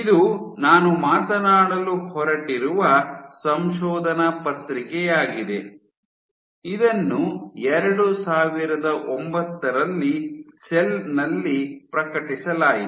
ಇದು ನಾನು ಮಾತನಾಡಲು ಹೊರಟಿರುವ ಸಂಶೋಧನಾ ಪತ್ರಿಕೆ ಆಗಿದೆ ಇದನ್ನು 2009 ರಲ್ಲಿ ಸೆಲ್ ನಲ್ಲಿ ಪ್ರಕಟಿಸಲಾಯಿತು